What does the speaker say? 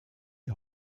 die